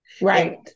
Right